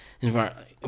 environment